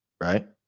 right